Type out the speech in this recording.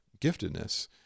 giftedness